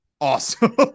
awesome